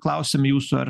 klausiam jūsų ar